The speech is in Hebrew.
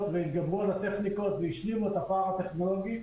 והתגברו על הטכניקות והשלימו את הפער הטכנולוגי,